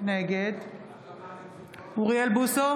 נגד אוריאל בוסו,